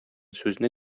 сүзне